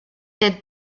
the